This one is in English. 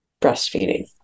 breastfeeding